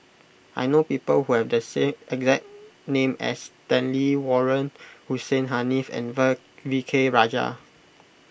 I know people who have the same exact name as Stanley Warren Hussein Haniff and V K Rajah